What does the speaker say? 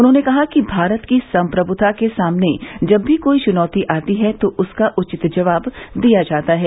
उन्होंने कहा कि भारत की संप्रभुता के सामने जब भी कोई चुनौती आती है तो उसका उचित जवाब दिया जाता है